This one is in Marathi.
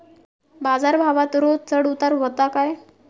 बाजार भावात रोज चढउतार व्हता काय?